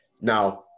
Now